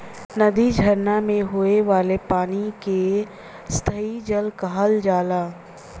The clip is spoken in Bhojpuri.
नदी, झरना में होये वाला पानी के सतही जल कहल जाला